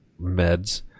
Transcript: meds